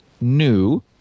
new